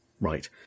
Right